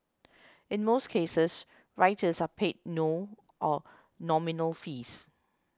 in most cases writers are paid no or nominal fees